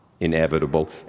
inevitable